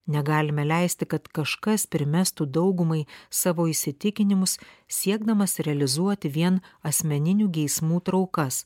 negalime leisti kad kažkas primestų daugumai savo įsitikinimus siekdamas realizuoti vien asmeninių geismų traukas